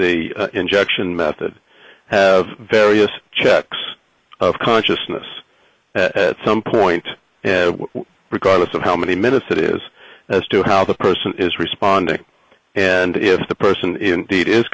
the injection method have various checks of consciousness at some point regardless of how many minutes it is as to how the person is responding and if the person i